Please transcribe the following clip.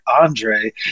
Andre